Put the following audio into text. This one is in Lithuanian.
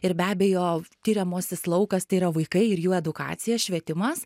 ir be abejo tiriamasis laukas tai yra vaikai ir jų edukacija švietimas